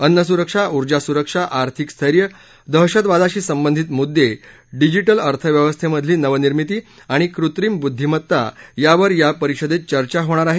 अन्न सुरक्षा उर्जा सुरक्षा र्थिक स्थैर्य दहशतवादाशी संबंधित म्द्दे डिजि ल अर्थव्यवस्थेमधली नवनिर्मिती णि कृत्रिम ब्द्धिमत्ता यावर या परिषदेत चर्चा होणार हे